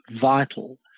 vital